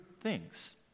things